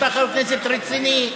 שאתה חבר הכנסת רציני.